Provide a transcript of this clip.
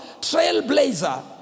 trailblazer